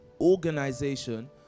organization